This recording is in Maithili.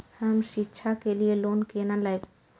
हम शिक्षा के लिए लोन केना लैब?